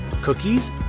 cookies